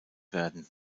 werden